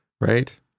right